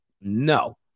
No